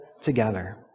together